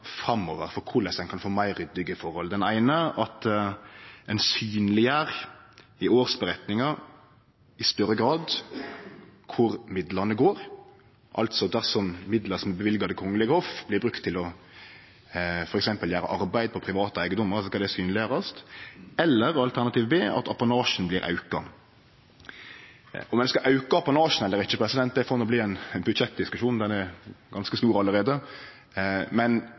framover for korleis ein kan få meir ryddige forhold. Den eine, alternativ A, er at ein synleggjer i årsmeldinga i større grad kor midlane går – altså at dersom midlar som er løyvde til Det kongelege hoff, blir brukte til f.eks. å gjere arbeid på private eigedomar, skal det synleggjerast, eller, alternativ B, at apanasjen blir auka. Om ein skal auke apanasjen eller ikkje, får bli ein budsjettdiskusjon – han er ganske stor allereie – men